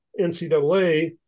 ncaa